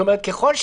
מה שהיה כבר קודם,